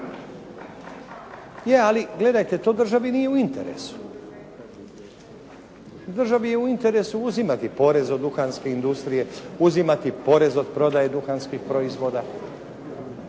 Je, ali gledajte, to državi nije u interesu. Državi je u interesu uzimati porez od duhanske industrije, uzimati porez od prodaje duhanskih proizvoda